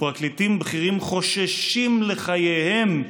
ופרקליטים בכירים חוששים לחייהם,